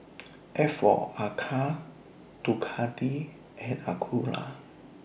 A For Arcade Ducati and Acura